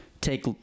take